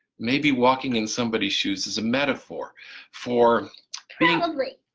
maybe walking in somebody's shoes is a metaphor for me. probably!